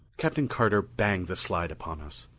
captain carter banged the slide upon us.